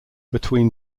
between